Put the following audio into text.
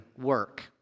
work